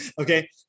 Okay